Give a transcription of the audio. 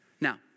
Now